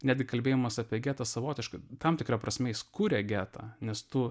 netgi kalbėjimas apie getą savotiškai tam tikra prasme jis kuria getą nes tu